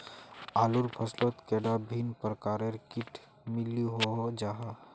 आलूर फसलोत कैडा भिन्न प्रकारेर किट मिलोहो जाहा?